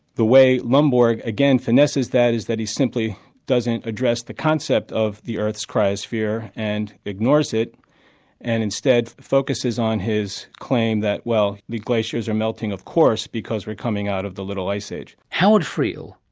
the way lomborg, again, finesses that, is that he simply doesn't address the concept of the earth's cryosphere and ignores it and instead focuses on his claim that, well, the glaciers are melting of course because we're coming out of the little ice age. howard friel,